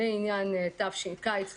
לעניין קיץ תש"ף.